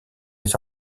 les